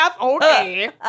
Okay